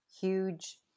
huge